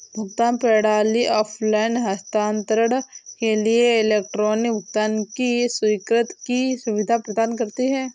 भुगतान प्रणाली ऑफ़लाइन हस्तांतरण के लिए इलेक्ट्रॉनिक भुगतान की स्वीकृति की सुविधा प्रदान करती है